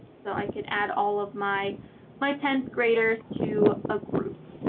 so i could add all of my my tenth graders to a group,